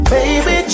Baby